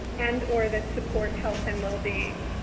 and or the support, health and well-being.